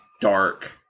dark